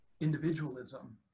individualism